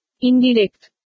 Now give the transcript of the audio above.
Indirect